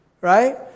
right